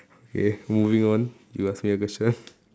okay moving on you ask me a question